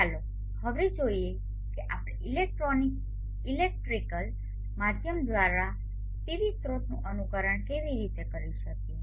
ચાલો હવે જોઈએ કે આપણે ઇલેક્ટ્રિકલ માધ્યમ દ્વારા પીવી સ્ત્રોતનું અનુકરણ કેવી રીતે કરી શકીએ